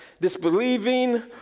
disbelieving